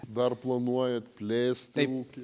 dar planuojate plėst ūkį